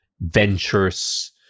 ventures